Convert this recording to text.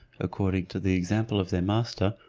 according to the example of their master,